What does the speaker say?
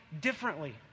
differently